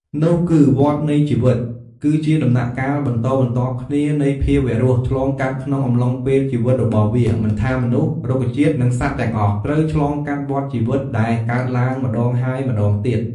នោះគឺ "វដ្តនៃជីវិត" គឺជាដំណាក់កាលបន្តបន្ទាប់គ្នាដែលភាវៈរស់ឆ្លងកាត់ក្នុងអំឡុងពេលជីវិតរបស់វា មិនថា មនុស្ស រុក្ខជាតិ និងសត្វទាំងអស់ ត្រូវឆ្លងកាត់វដ្តជីវិត ដែលកើតឡើងម្ដងហើយម្ដងទៀត ។